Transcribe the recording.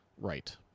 right